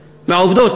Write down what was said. מהעובדות.